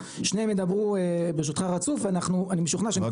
שניהם ידברו רצוף ואני משוכנע שניתן מענה מלא.